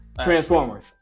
Transformers